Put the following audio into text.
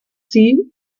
sie